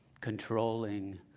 controlling